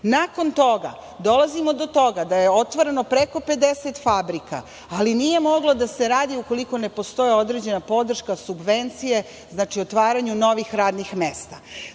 Nakon toga dolazimo do toga da je otvoreno preko 50 fabrika, ali nije moglo da se radi ukoliko ne postoje određena podrška, subvencije, znači otvaranje novih radnih mesta.